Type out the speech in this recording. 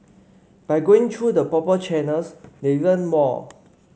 by going through the proper channels they learn more